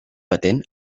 patent